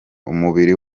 umubiri